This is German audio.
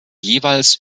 jeweils